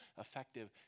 effective